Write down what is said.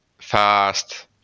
fast